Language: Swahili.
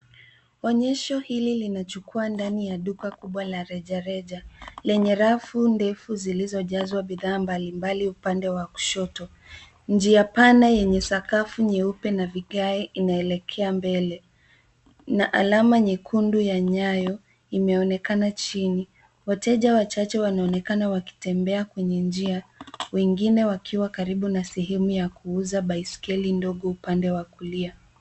Onyesho hili linachukua ndani ya duka kubwa la rejareja, lenye rafu ndefu zilizojazwa bidhaa mbalimbali upande wa kushoto. Njia pana yenye sakafu nyeupe na vigae inaelekea mbele na alama nyekundu ya nyayo imeonekana chini. Wateja wachache wanaonekana wakitembea kwenye njia, wengine wakiwa karibu na sehemu ya kuuza baiskeli ndogo upande wa kulia.